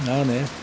मा होनो